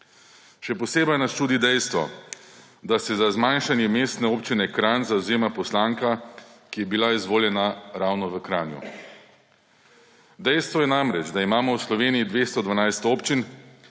Še posebej nas čudi dejstvo, da se za zmanjšanje Mestne občine Kranj zavzema poslanka, ki je bila izvoljena ravno v Kranju. Dejstvo je namreč, da imamo v Sloveniji 212 občin